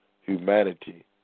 humanity